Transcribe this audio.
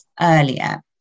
earlier